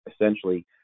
essentially